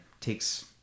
takes